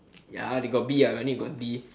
ya they got B ah I only got D